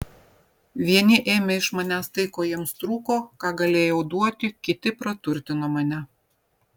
vieni ėmė iš manęs tai ko jiems trūko ką galėjau duoti kiti praturtino mane